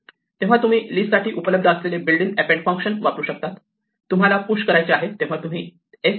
तेव्हा तुम्ही लिस्ट साठी उपलब्ध असलेले बिल्ट इन अपेंड फंक्शन वापरु शकतात जेव्हा तुम्हाला पुश करायचे आहे तेव्हा तुम्ही s